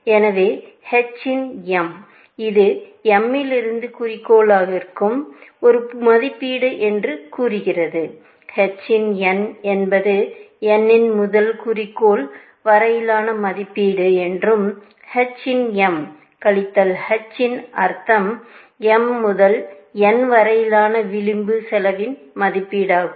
எனவே h இன் m இது m இலிருந்து குறிக்கோளுக்கு ஒரு மதிப்பீடு என்று கூறுகிறது h இன் n என்பது n முதல் குறிக்கோள் வரையிலான மதிப்பீடு என்றும் h இன் m கழித்தல் h இன் அர்த்தம் m முதல் n வரையிலான விளிம்பு செலவின் மதிப்பீடாகும்